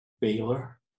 Baylor